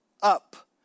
Up